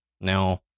Now